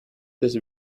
this